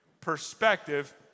Perspective